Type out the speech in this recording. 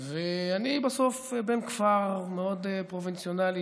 אני בסוף בן כפר מאוד פרובינציאלי,